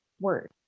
word